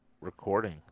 recording